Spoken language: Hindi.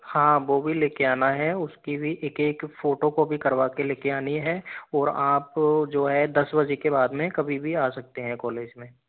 हाँ वो भी लेके आना है उसकी भी एक एक फोटोकोपी करवा के ले के आनी है और आप जो है दस बजे के बाद में कभी भी आ सकते हैं कॉलेज में